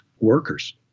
workers